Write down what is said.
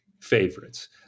favorites